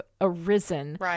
arisen